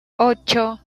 ocho